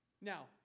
Now